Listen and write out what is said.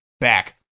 back